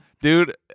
dude